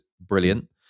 brilliant